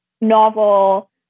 novel